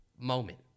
moment